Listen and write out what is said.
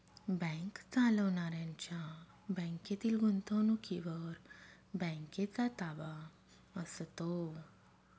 bank चालवणाऱ्यांच्या बँकेतील गुंतवणुकीवर बँकेचा ताबा असतो